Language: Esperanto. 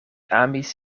amis